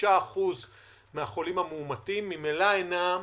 85% מהחולים המאומתים ממילא אינם מאוכנים,